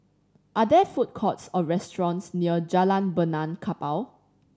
are there food courts or restaurants near Jalan Benaan Kapal